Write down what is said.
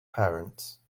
parents